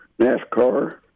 NASCAR